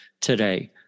today